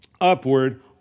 upward